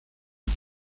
die